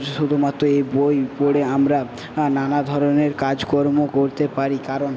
শুধুমাত্র এই বই পড়ে আমরা নানা ধরনের কাজকর্ম করতে পারি কারণ